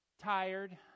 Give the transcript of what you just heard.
tired